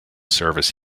service